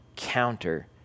counter